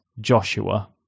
Joshua